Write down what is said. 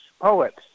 poets